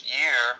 year